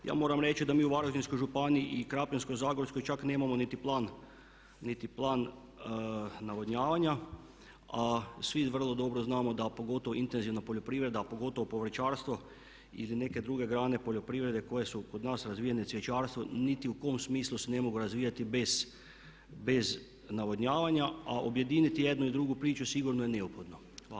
Ja moram reći da mi u Varaždinskoj županiji i Krapinsko-zagorskoj čak nemamo niti plan navodnjavanja, a svi vrlo dobro znamo da pogotovo intenzivna poljoprivreda a pogotovo povrćarstvo ili neke druge grane poljoprivrede koje su kod nas razvijene cvjećarstvo niti u kom smislu se ne mogu razvijati bez navodnjavanja, a objediniti jednu i drugu priču sigurno je neophodno.